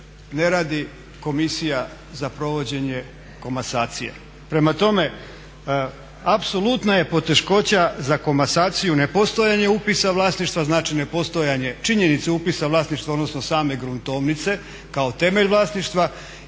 ne radi komisija za provođenje komasacije. Prema tome, apsolutna je poteškoća za komasaciju nepostojanje upisa vlasništva, znači ne postojanje činjenice upisa vlasništva odnosno same gruntovnice kao temelj vlasništva